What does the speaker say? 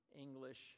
English